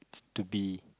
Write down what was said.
to be